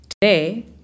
Today